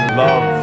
love